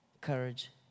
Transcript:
courage